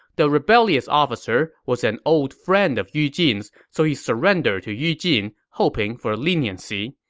the rebellious officer was an old friend of yu jin's, so he surrendered to yu jin, hoping for leniency.